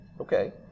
Okay